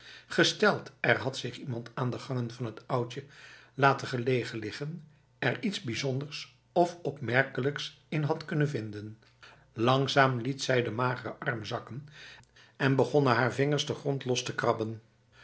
gesteld er had zich iemand aan de gangen van het oudje laten gelegen liggen er iets bijzonders of opmerkelijks in had kunnen vinden langzaam liet zij de magere arm zakken en begonnen haar vingers de grond los te krabben